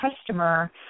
customer